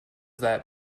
that